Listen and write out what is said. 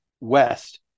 west